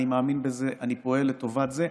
אני מאמין בזה, אני פועל לטובת זה,